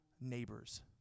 neighbors